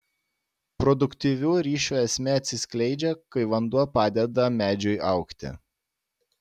produktyvių ryšių esmė atsiskleidžia kai vanduo padeda medžiui augti